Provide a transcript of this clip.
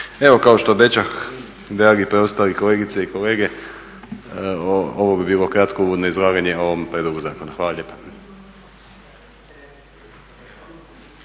Evo kao što obećah, dragi preostali kolegice i kolege, ovo bi bilo kratko uvodno izlaganje o ovom prijedlogu zakona. Hvala